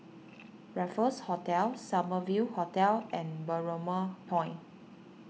Raffles Hotel Summer View Hotel and Balmoral Point